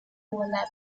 overlap